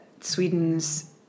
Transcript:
Sweden's